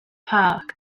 park